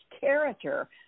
character